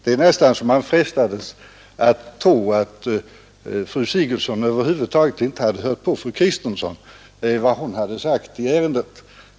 Det är nästan så att man frestas tro att fru Sigurdsen över huvud taget inte hört vad fru Kristensson sagt i ärendet.